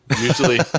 Usually